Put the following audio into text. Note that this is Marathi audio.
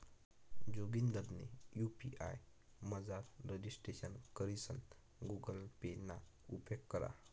जोगिंदरनी यु.पी.आय मझार रजिस्ट्रेशन करीसन गुगल पे ना उपेग करा